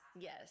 Yes